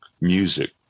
music